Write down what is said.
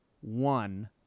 one